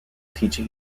teaching